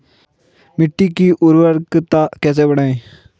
मिट्टी की उर्वरकता कैसे बढ़ायें?